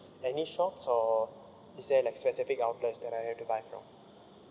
any shops or is there like specific outlets that I have to buy from